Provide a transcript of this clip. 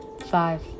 five